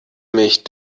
mich